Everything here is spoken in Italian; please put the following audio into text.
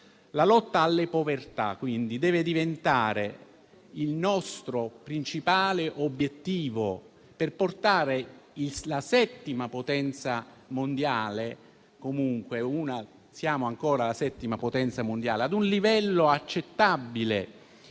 La lotta alle povertà, quindi, deve diventare il nostro principale obiettivo per portare quella che comunque è ancora la settima potenza mondiale ad un livello accettabile.